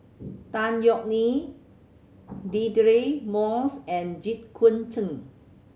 Tan Yeok Nee Deirdre Moss and Jit Koon Ch'ng